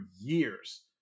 years